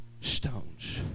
stones